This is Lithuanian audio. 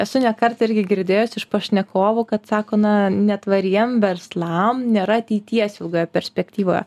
esu ne kartą irgi girdėjus iš pašnekovų kad sako na netvariem verslam nėra ateities ilgoje perspektyvoje